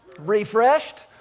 Refreshed